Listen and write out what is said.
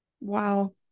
Wow